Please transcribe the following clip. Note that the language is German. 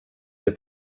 der